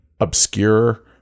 obscure